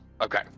Okay